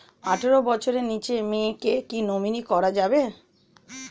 আঠারো বছরের নিচে মেয়েকে কী নমিনি করা যাবে?